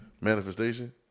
manifestation